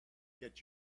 get